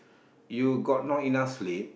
you got not enough sleep